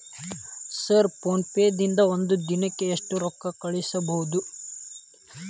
Sir PhonePe ದಿಂದ ಒಂದು ದಿನಕ್ಕೆ ಎಷ್ಟು ರೊಕ್ಕಾ ಕಳಿಸಬಹುದು?